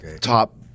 top